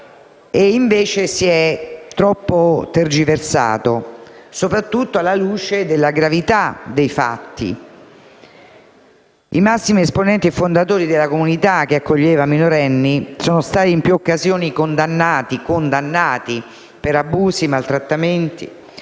invece, troppo tergiversato, soprattutto alla luce della gravità dei fatti. I massimi esponenti e fondatori della comunità, che accoglieva minorenni, sono stati in più occasioni condannati - condannati! - per abusi, maltrattamenti,